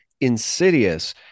insidious